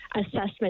assessment